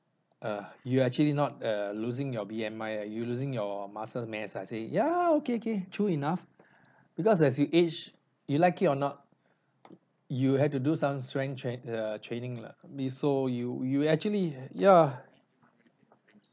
uh you actually not err losing your B_M_I eh you're losing your muscle mass I say ya lah okay okay true enough because as you age you like it or not you have to do some strength train~ uh training lah mean so you you actually ya